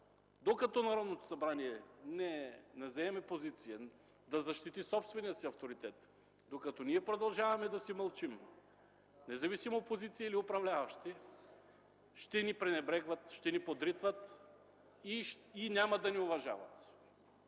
докато Народното събрание не заеме позиция да защити собствения си авторитет. Докато ние продължаваме да си мълчим, независимо опозиция или управляващи, ще ни пренебрегват, ще ни подритват и няма да ни уважават.